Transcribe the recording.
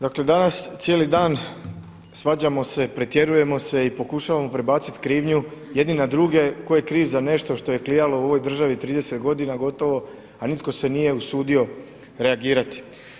Dakle, danas cijeli dan svađamo se, pretjerujemo se i pokušavamo prebaciti krivnju jedni na druge ko je kriv za nešto što je klijalo u ovoj državi 30 godina gotovo, a nitko se nije usudio reagirati.